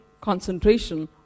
concentration